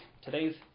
today's